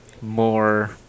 more